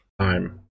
time